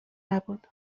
نبود